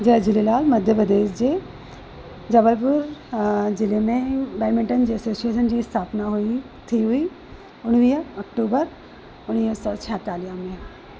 जय झूलेलाल मध्य प्रदेश जे जबलपुर जिले में बेडमिंटन एसोसिएशन जी स्थापना हुई थी हुई उणिवीह अक्टूबर उणिवीह सौ छाएतालीह में